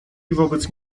wobec